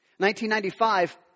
1995